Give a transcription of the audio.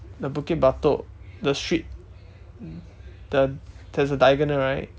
the bukit-batok the street the there's a diagonal right